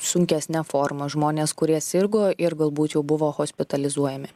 sunkesne forma žmonės kurie sirgo ir galbūt jau buvo hospitalizuojami